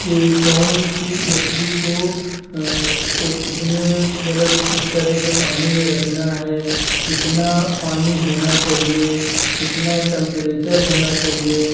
कि कौन सी मछली को कितने मतलब किस तरह के पानी में रखना है कितना पानी होना चाहिए कितना टेम्परेचर होना चाहिए